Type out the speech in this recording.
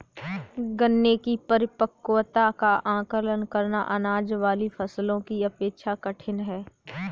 गन्ने की परिपक्वता का आंकलन करना, अनाज वाली फसलों की अपेक्षा कठिन है